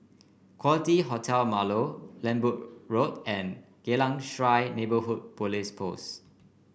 Quality Hotel Marlow Lembu Road and Geylang Serai Neighbourhood Police Post